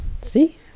See